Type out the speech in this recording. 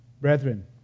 Brethren